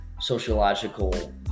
sociological